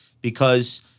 because-